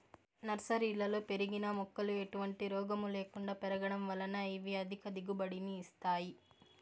నర్సరీలలో పెరిగిన మొక్కలు ఎటువంటి రోగము లేకుండా పెరగడం వలన ఇవి అధిక దిగుబడిని ఇస్తాయి